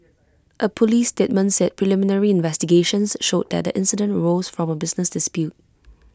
A Police statement said preliminary investigations showed that the incident arose from A business dispute